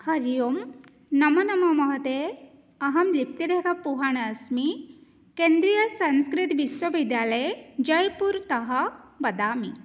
हरिः ओं नमो नमः महोदय अहं लिप्यराग पोहाणा अस्मि केन्द्रियसंस्कृतविश्वविद्यालये जैपुरतः वदामि